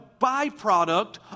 byproduct